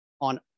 on